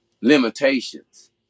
limitations